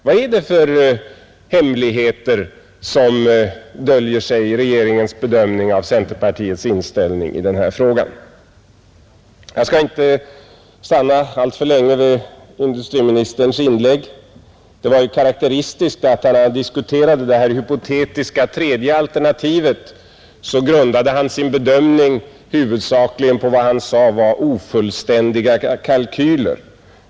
Vad är det för hemligheter som döljer sig i regeringens bedömning av centerpartiets inställning i den här frågan? Jag skall inte stanna alltför länge vid industriministerns inlägg. Det var karakteristiskt att när han diskuterade det här hypotetiska tredje alternativet, grundade han sin bedömning huvudsakligen på vad han sade var ofullständiga kalkyler.